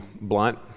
blunt